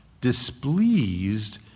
displeased